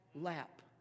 lap